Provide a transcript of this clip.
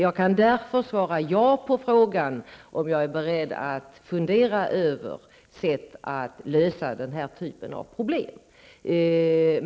Jag kan därför svara ja på frågan om jag är beredd att fundera över olika sätt att lösa den här typen av problem.